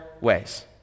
ways